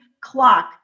clock